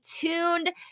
tuned